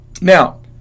Now